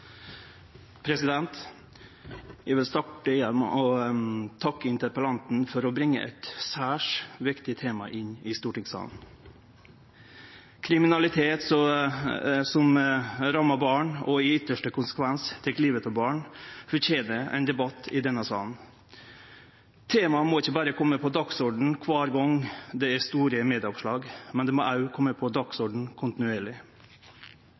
Eg vil starte med å takke interpellanten for å bringe eit særs viktig tema inn i stortingssalen. Kriminalitet som rammar barn, og som i sin ytste konsekvens tek livet av barn, fortener ein debatt i denne salen. Temaet må ikkje berre kome på dagsordenen kvar gong det er store medieoppslag, det må òg kome på dagsordenen kontinuerleg.